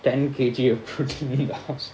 ten K_G of protein in the house